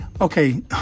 okay